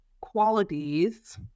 qualities